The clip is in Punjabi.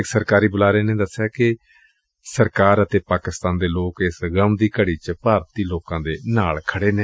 ਇਕ ਸਰਕਾਰੀ ਬੁਲਾਰੇ ਨੇ ਦਸਿਆ ਕਿ ਸਰਕਾਰ ਅਤੇ ਪਾਕਿਸਤਾਨ ਦੇ ਲੋਕ ਇਸ ਗਮ ਦੀ ਘਤੀ ਵਿਚ ਭਾਰਤੀ ਲੋਕਾਂ ਦੇ ਨਾਲ ਖੜੇ ਨੇ